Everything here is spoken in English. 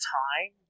time